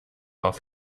auf